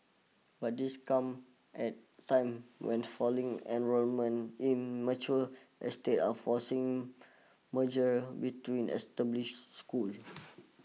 but this come at time when falling enrolment in mature estate are forcing merger between established schools